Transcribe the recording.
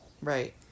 Right